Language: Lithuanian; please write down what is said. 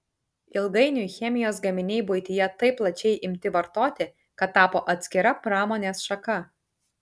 ilgainiui chemijos gaminiai buityje taip plačiai imti vartoti kad tapo atskira pramonės šaka